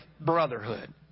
brotherhood